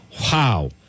Wow